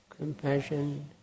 compassion